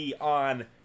on